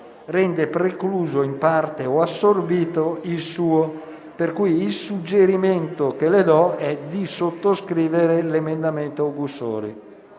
preclude in parte o assorbe il suo, per cui il suggerimento che le do è di sottoscrivere l'emendamento presentato